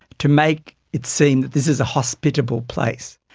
to make it seem that this is a hospitable place.